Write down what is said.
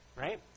Right